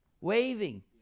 waving